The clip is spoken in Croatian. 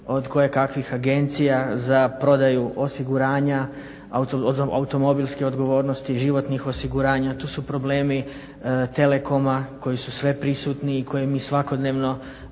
od kojekakvih agencija za prodaju osiguranja, automobilske odgovornosti, životnih osiguranja, tu su problemi telekoma, koji su sve prisutniji i koje mi svakodnevno